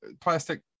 plastic